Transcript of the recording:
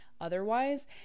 otherwise